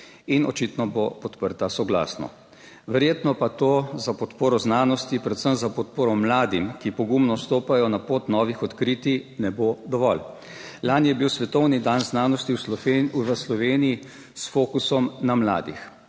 in očitno bo podprta soglasno. Verjetno pa to za podporo znanosti, predvsem za podporo mladim, ki pogumno stopajo na pot novih odkritij, ne bo dovolj. Lani je bil svetovni dan znanosti v Sloveniji s fokusom na mladih.